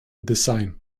design